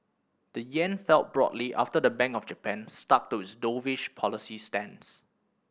the yen fell broadly after the Bank of Japan stuck to its dovish policy stance